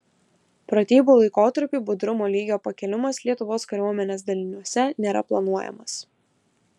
pratybų laikotarpiui budrumo lygio pakėlimas lietuvos kariuomenės daliniuose nėra planuojamas